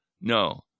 No